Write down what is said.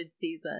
season